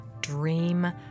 Dream